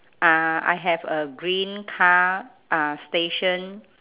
uh I have a green car uh stationed